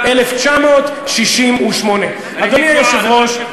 1968. אדוני היושב-ראש,